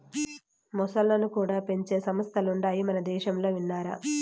మొసల్లను కూడా పెంచే సంస్థలుండాయి మనదేశంలో విన్నారా